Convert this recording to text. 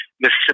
Mississippi